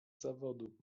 zawodu